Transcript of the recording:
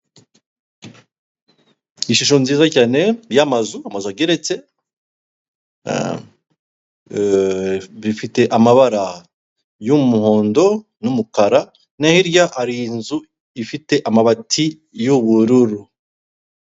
Ishusho nziza cyane y'amazu. Amazu ageretse bifite amabara y'umuhondo n'umukara no hirya hari inzu ifite amabati y'ubururu.